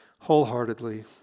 wholeheartedly